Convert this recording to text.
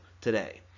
today